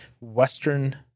Western